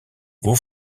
vous